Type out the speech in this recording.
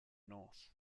north